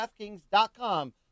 DraftKings.com